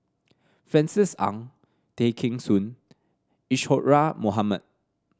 Francis Ng Tay Kheng Soon Isadhora Mohamed